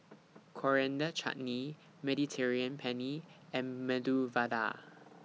Coriander Chutney Mediterranean Penne and Medu Vada